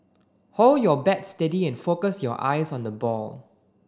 hold your bat steady and focus your eyes on the ball